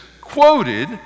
quoted